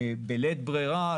בלית ברירה,